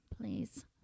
Please